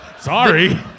Sorry